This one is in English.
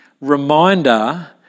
reminder